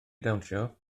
dawnsio